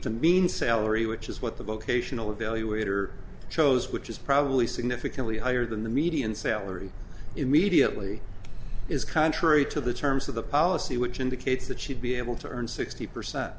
the mean salary which is what the vocational evaluator chose which is probably significantly higher than the median salary immediately is contrary to the terms of the policy which indicates that she'd be able to earn sixty percent